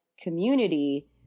community